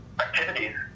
activities